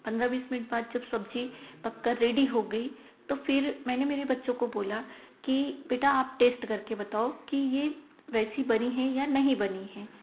पंद्रह बीस मिंट बाद जब सब्ज़ी पककर रेडी हो गई तो फिर मैंने मेरे बच्चों को बोला कि बेटा आप टेस्ट करके बताओ कि ये वैसी बनी है या नहीं बनी है